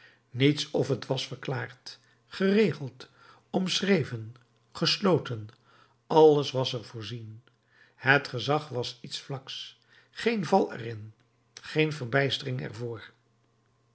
niets of het was verklaard geregeld omschreven gesloten alles was er voorzien het gezag was iets vlaks geen val er in geen verbijstering